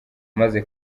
maze